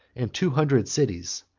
and two hundred cities,